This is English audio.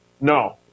No